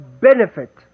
benefit